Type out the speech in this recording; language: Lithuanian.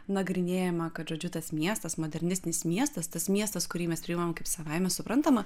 nagrinėjama kad žodžiu tas miestas modernistinis miestas tas miestas kurį mes priimame kaip savaime suprantamą